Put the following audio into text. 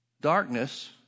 Darkness